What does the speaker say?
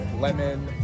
lemon